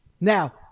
Now